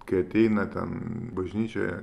kai ateina ten bažnyčioje